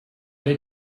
they